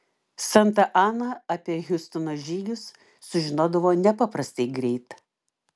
santa ana apie hiustono žygius sužinodavo nepaprastai greit